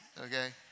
Okay